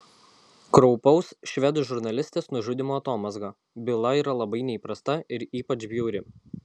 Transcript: kraupaus švedų žurnalistės nužudymo atomazga byla yra labai neįprasta ir ypač bjauri